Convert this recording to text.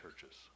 churches